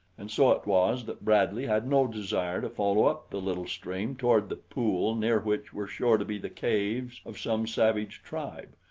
and so it was that bradley had no desire to follow up the little stream toward the pool near which were sure to be the caves of some savage tribe,